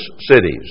cities